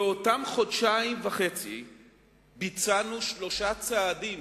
באותם חודשיים וחצי ביצענו שלושה צעדים